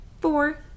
Four